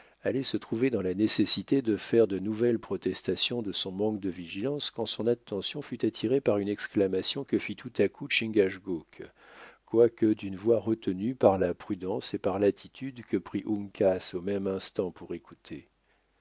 allait se trouver dans la nécessité de faire de nouvelles protestations de son manque de vigilance quand son attention fut attirée par une exclamation que fit tout à coup chingachgook quoique d'une voix retenue par la prudence et par l'attitude que prit uncas au même instant pour écouter